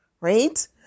right